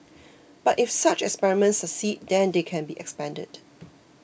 but if such experiments succeed then they can be expanded